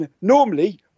normally